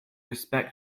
respect